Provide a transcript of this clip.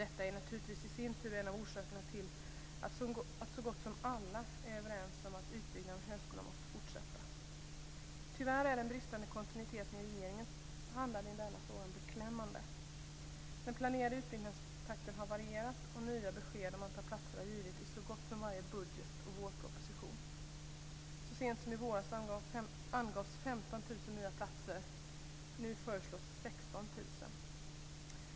Detta är naturligtvis i sin tur en av orsakerna till att så gott som alla är överens om att utbyggnaden av högskolan måste fortsätta. Tyvärr är den bristande kontinuiteten i regeringens handlande i denna fråga beklämmande. Den planerade utbyggnadstakten har varierat, och nya besked om antal platser har givits i så gott som varje budget och vårproposition. Så sent som i våras angavs 15 000 nya platser, och nu föreslås 16 000.